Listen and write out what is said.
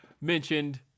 mentioned